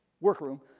workroom